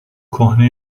کهنه